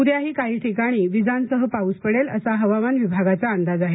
उद्याही काही ठिकाणी वीजांसह पाऊस पडेल असा हवामान विभागाचा अंदाज आहे